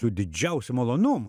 su didžiausiu malonumu